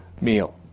meal